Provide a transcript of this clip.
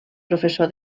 professor